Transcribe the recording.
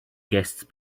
guests